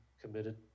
committed